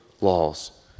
laws